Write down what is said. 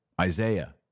Isaiah